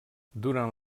durant